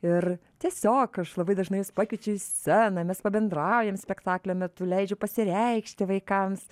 ir tiesiog aš labai dažnai juos pakviečiu į sceną pabendraujam spektaklio metu leidžiu pasireikšti vaikams